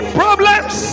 problems